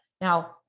now